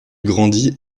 grandit